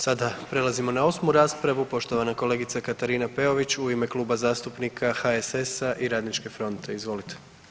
Sada prelazimo na 8 raspravu, poštovana kolegica Katarina Peović u ime Kluba zastupnika HSS i Radničke fronte, izvolite.